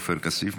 עופר כסיף,